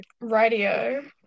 Radio